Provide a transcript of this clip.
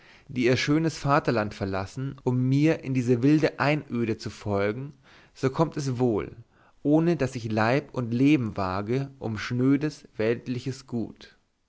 die ihr schönes vaterland verlassen um mir in diese wilde einöde zu folgen so kommt es wohl ohne daß ich leib und leben wage um schnödes weltliches gut